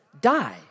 die